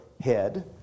head